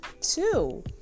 two